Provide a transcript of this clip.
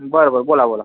बरं बरं बोला बोला